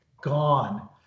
Gone